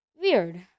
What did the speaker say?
Weird